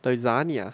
lasagna